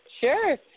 Sure